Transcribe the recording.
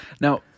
Now